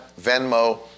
Venmo